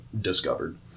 discovered